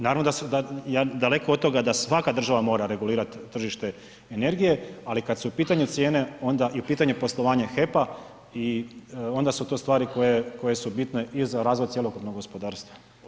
Naravno da, daleko od toga da svaka država mora regulirat tržište energije, ali kad su u pitanju cijene onda i u pitanju poslovanje HEP-a i onda su to stvari koje su bitne i za razvoj cjelokupnog gospodarstva.